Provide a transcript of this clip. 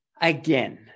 Again